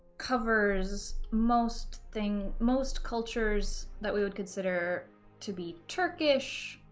covers most thing most cultures that we would consider to be turkish,